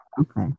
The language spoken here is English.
okay